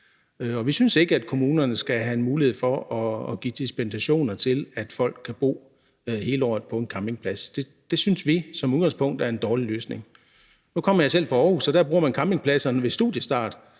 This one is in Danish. Vi synes ikke, at kommunerne skal have en mulighed for at give dispensationer til, at folk kan bo hele året på en campingplads. Det synes vi som udgangspunkt er en dårlig løsning. Nu kommer jeg selv fra Aarhus, og der bruger man campingpladserne ved studiestart